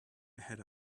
ahead